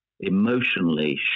Emotionally